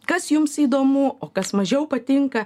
kas jums įdomu o kas mažiau patinka